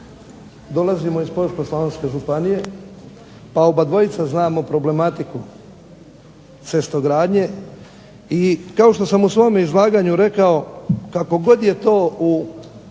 dolazimo iz Požeško-slavonske županije pa obadvojica znamo problematiku cestogradnje i kao što sam u svome izlaganju rekao kako god je to u